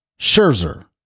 Scherzer